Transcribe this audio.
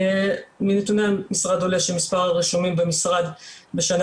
מנתוני המשרד עולה שמספר הרשומים במשרד בשנה